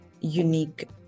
unique